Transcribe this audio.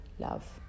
love